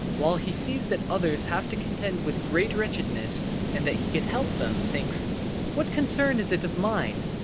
while he sees that others have to contend with great wretchedness and that he could help them, thinks what concern is it of mine?